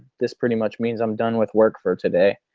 this pretty much means i'm done with work for today.